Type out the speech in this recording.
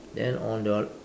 then on your